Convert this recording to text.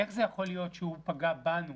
איך זה יכול להיות שהוא פגע בנו,